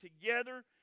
together